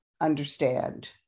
understand